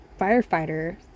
firefighter